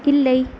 இல்லை